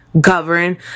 govern